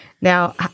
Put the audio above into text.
Now